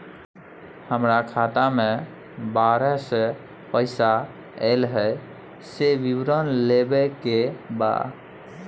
हमरा खाता में बाहर से पैसा ऐल है, से विवरण लेबे के बा?